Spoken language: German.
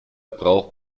braucht